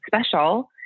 special